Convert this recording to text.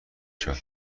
شود